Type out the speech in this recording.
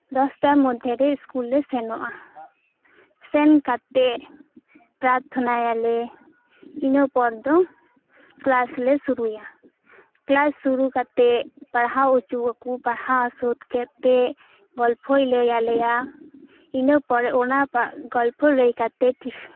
ᱫᱚᱥᱴᱟ ᱢᱚᱫᱽᱫᱷᱮ ᱨᱮ ᱥᱠᱩᱞ ᱞᱮ ᱥᱮᱱᱚᱜᱼᱟ ᱥᱮᱱ ᱠᱟᱛᱮᱫ ᱯᱨᱟᱨᱛᱷᱚᱱᱟᱭᱟᱞᱮ ᱤᱱᱟᱹᱯᱚᱨ ᱫᱚ ᱠᱮᱞᱟᱥ ᱞᱮ ᱥᱩᱨᱩᱭᱟ ᱠᱮᱞᱟᱥ ᱥᱩᱨᱩ ᱠᱟᱛᱮᱫ ᱯᱟᱲᱦᱟᱣ ᱚᱪᱚᱣᱟᱠᱚ ᱯᱟᱲᱦᱟᱣ ᱥᱟᱹᱛ ᱠᱟᱛᱮᱫ ᱜᱚᱞᱯᱷᱚᱭ ᱞᱟᱹᱭ ᱟᱞᱮᱭᱟ ᱤᱱᱟᱹ ᱯᱚᱨᱮ ᱚᱱᱟ ᱜᱚᱞᱯᱷᱚ ᱞᱟᱹᱭ ᱠᱟᱛᱮᱫ ᱴᱤᱯᱷᱤᱱ